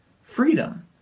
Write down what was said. freedom